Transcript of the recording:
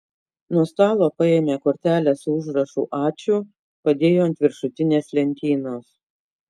nuo stalo paėmė kortelę su užrašu ačiū padėjo ant viršutinės lentynos